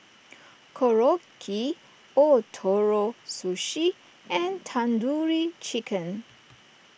Korokke Ootoro Sushi and Tandoori Chicken